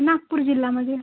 नागपूर जिल्ह्यामध्ये